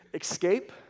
Escape